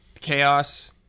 Chaos